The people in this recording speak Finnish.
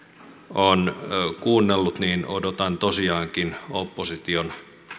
on kuunneltu niin odotan tosiaankin opposition